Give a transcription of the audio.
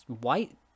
white